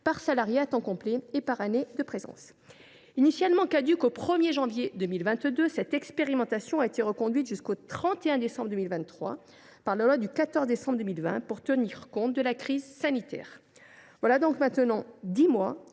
par salarié à temps complet et par année de présence. Initialement caduque au 1 janvier 2022, cette expérimentation a été reconduite jusqu’au 31 décembre 2023 par la loi du 14 décembre 2020, pour tenir compte de la crise sanitaire. Voilà donc maintenant dix mois